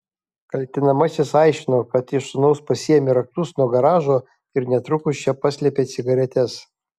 kaltinamasis aiškino kad iš sūnaus pasiėmė raktus nuo garažo ir netrukus čia paslėpė cigaretes